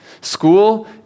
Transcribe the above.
School